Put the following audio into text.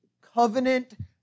covenant